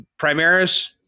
primaris